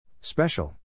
Special